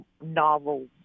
novel